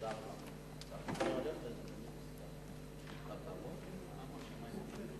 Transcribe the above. ההצעה להעביר את הנושא לוועדה שתקבע ועדת הכנסת נתקבלה.